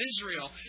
Israel